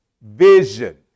Vision